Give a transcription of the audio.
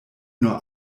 nur